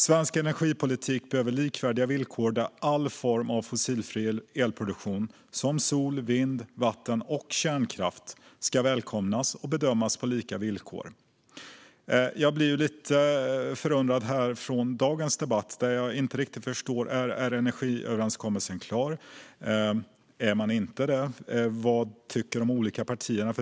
Svensk energipolitik behöver likvärdiga villkor där alla former av fossilfri elproduktion - sol, vind, vatten och kärnkraft - ska välkomnas och bedömas på lika villkor. Jag blir lite förundrad över dagens debatt. Jag förstår inte riktigt. Är energiöverenskommelsen klar? Är den inte det? Vad tycker de olika partierna?